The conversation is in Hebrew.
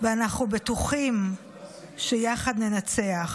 ואנחנו בטוחים שיחד ננצח.